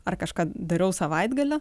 ar kažką dariau savaitgaliu